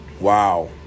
Wow